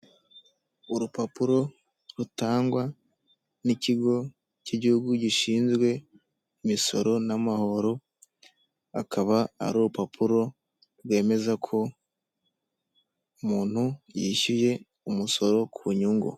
Urupapuro rutangwa n'ikigo cy'igihugu gishinzwe imisoro n'amahoro; akaba ari urupapuro rwemeza ko umuntu yishyuye umusoro ku nyungu.